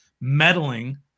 meddling